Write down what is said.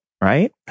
right